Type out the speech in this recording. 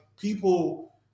people